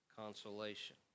consolation